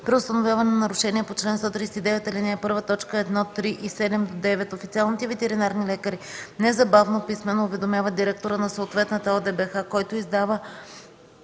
При установяване на нарушение по чл. 139, ал. 1, т. 4-6 официалните ветеринарни лекари незабавно писмено уведомяват директора на съответната ОДБХ, който издава